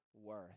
worth